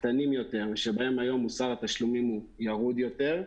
הקטנים יותר שבהם היום מוסר התשלומים הוא ירוד יותר,